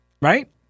Right